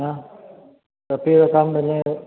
ആ തൊപ്പി സാറിൻ്റെ പിന്നെ